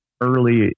Early